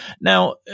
now